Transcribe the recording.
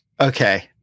okay